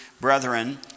Brethren